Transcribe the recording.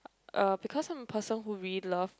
uh because I'm a person who really love